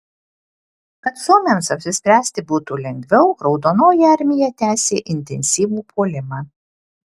kad suomiams apsispręsti būtų lengviau raudonoji armija tęsė intensyvų puolimą